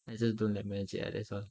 I just don't like my encik ah that's all